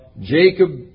Jacob